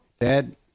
Dad